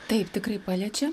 taip tikrai paliečia